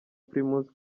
primus